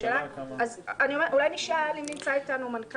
אולי נשאל את נציג יד בן-צבי.